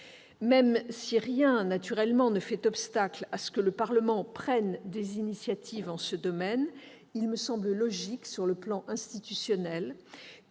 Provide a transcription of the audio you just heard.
Même si rien ne fait naturellement obstacle à ce que le Parlement prenne des initiatives en ce domaine, il me semble logique, sur le plan institutionnel, que